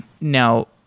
Now